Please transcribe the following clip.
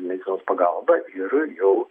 medicinos pagalbą ir jau